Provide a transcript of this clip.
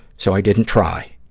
so i didn't try.